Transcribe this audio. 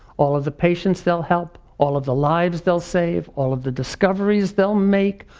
all of the patients they'll help, all of the lives they'll save, all of the discoveries they'll make,